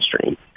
stream